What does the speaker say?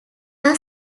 are